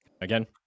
Again